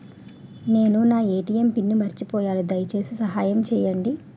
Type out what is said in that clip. నేను నా ATM pin మర్చిపోయాను, దయచేసి సహాయం చేయండి